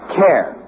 care